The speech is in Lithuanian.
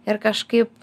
ir kažkaip